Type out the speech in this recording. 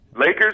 Lakers